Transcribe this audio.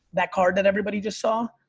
that card that everybody just saw,